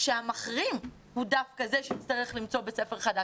שהמחרים הוא דווקא זה שיצטרך למצוא בית ספר חדש.